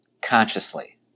consciously